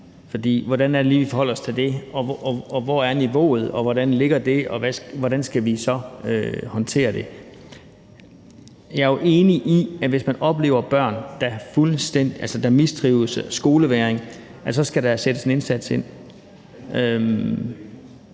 hvordan er det lige, vi forholder os til det, hvor er niveauet, hvor ligger det, og hvordan skal vi så håndtere det? Jeg er jo enig i, at hvis man oplever, at der er børn, der mistrives og har skolevægring, så skal der sættes ind og